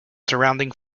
surrounding